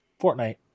Fortnite